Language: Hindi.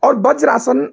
और वज्रासन